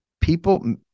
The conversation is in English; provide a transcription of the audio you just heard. people